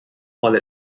while